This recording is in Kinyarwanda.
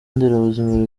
nderabuzima